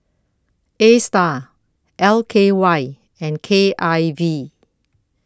ASTAR L K Y and K I V